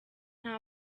nta